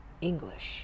English